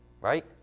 Right